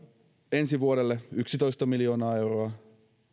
ensi vuodelle yksitoista miljoonaa euroa